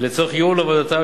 לצורך ייעול עבודתה,